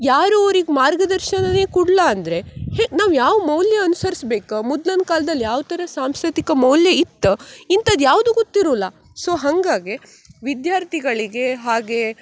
ಯಾರೂ ಅವ್ರಿಗೆ ಮಾರ್ಗದರ್ಶನನೇ ಕೊಡ್ಲ ಅಂದರೆ ಹೇ ನಾವು ಯಾವ ಮೌಲ್ಯ ಅನುಸರ್ಸ್ಬೇಕು ಮೊದ್ಲಂದು ಕಾಲ್ದಲ್ಲಿ ಯಾವ ಥರ ಸಾಂಸ್ಕೃತಿಕ ಮೌಲ್ಯ ಇತ್ತು ಇಂಥದ್ದು ಯಾವುದೂ ಗೊತ್ತಿರೊಲ್ಲ ಸೊ ಹಂಗಾಗಿ ವಿದ್ಯಾರ್ಥಿಗಳಿಗೆ ಹಾಗೇ